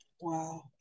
Wow